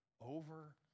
over